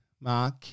mark